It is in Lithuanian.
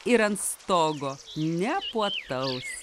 ir ant stogo nepuotaus